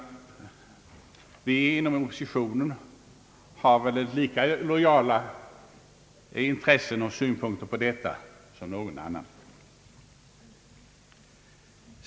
Vi inom oppositionen har väl lika lojala intressen och synpunkter som någon annan.